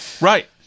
Right